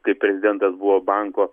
tai prezidentas buvo banko